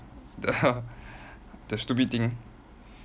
the the stupid thing